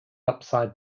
upside